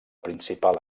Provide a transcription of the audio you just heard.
principal